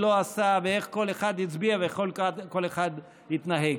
לא עשה ואיך כל אחד הצביע וכל אחד התנהג,